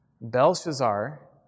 Belshazzar